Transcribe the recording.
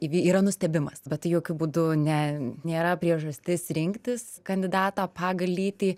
yra nustebimas bet tai jokiu būdu ne nėra priežastis rinktis kandidatą pagal lytį